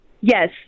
Yes